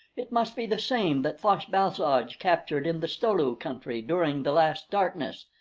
it must be the same that fosh-bal-soj captured in the sto-lu country during the last darkness.